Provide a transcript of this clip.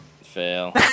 Fail